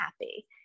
happy